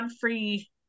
free